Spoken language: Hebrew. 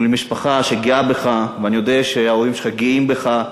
ולמשפחה שגאה בך, ואני יודע שההורים שלך גאים בך,